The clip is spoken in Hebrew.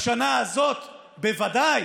בשנה הזאת בוודאי.